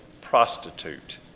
prostitute